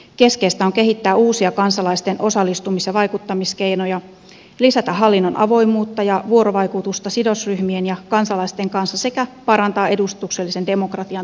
keskeistä on kehittää uusia kansalaisten osallistumis ja vaikuttamiskeinoja lisätä hallinnon avoimuutta ja vuorovaikutusta sidosryhmien ja kansalaisten kanssa sekä parantaa edustuksellisen demokratian toimivuutta